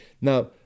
Now